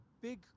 big